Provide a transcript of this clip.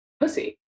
pussy